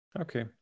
Okay